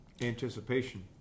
Anticipation